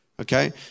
okay